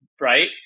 right